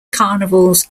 carnivals